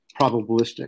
probabilistic